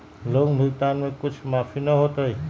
Loan भुगतान में कुछ माफी न होतई?